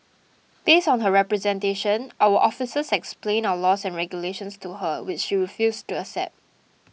based on her representation our officers explained our laws and regulations to her which she refused to accept